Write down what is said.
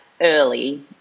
early